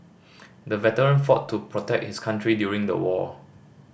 the veteran fought to protect his country during the war